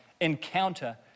encounter